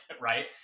right